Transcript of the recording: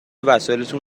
وسایلاتون